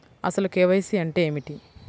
అసలు కే.వై.సి అంటే ఏమిటి?